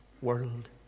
world